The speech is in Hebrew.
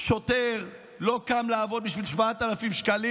(חברת הכנסת יסמין פרידמן יוצאת מאולם המליאה.) הם לא באולפן,